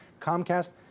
Comcast